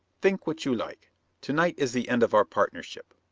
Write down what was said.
think what you like to-night is the end of our partnership.